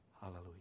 Hallelujah